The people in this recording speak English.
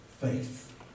faith